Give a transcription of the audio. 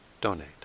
donate